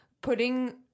putting